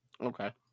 okay